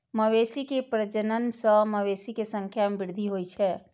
मवेशी के प्रजनन सं मवेशी के संख्या मे वृद्धि होइ छै